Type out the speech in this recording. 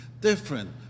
different